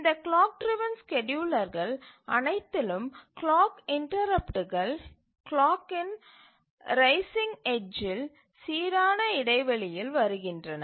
இந்த clock driven ஸ்கேட்யூலர்கள் அனைத்திலும் கிளாக் இன்டரப்ட்டுகள் கிளாக்கின் ரைசிங் எட்ஜ்ஜில் சீரான இடைவெளியில் வருகின்றன